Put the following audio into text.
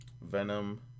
Venom